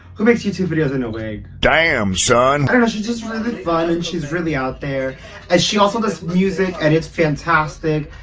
who makes youtube videos in a wig? damn son kind of she's just really fun and she's really out there and she also does music and it's fantastic!